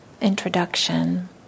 introduction